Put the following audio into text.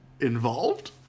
involved